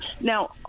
now